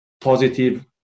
positive